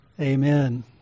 Amen